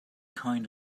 kind